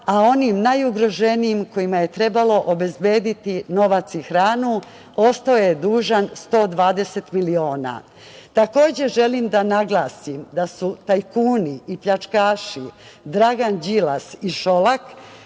a onim najugroženijim kojima je trebalo obezbediti novac i hranu ostao je dužan 120 miliona. Želim da naglasim da su tajkuni i pljačkaši Dragan Đilas i Šolak,